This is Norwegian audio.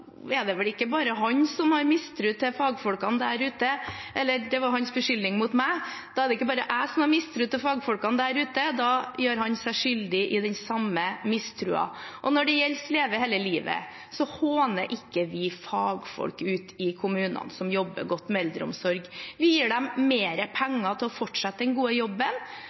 er det vel ikke bare jeg som har mistro til fagfolkene der ute, som var hans beskyldning mot meg, da gjør han seg skyldig i den samme mistroen. Når det gjelder «Leve hele livet», håner vi ikke fagfolk ute i kommunene som jobber godt med eldreomsorg. Vi gir dem mer penger til å fortsette den gode jobben.